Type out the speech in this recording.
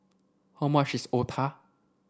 how much is Otah